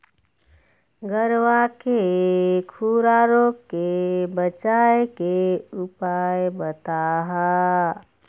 गरवा के खुरा रोग के बचाए के उपाय बताहा?